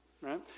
right